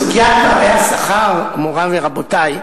סוגיית פערי השכר בחברות הציבוריות, מורי ורבותי,